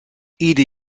ieder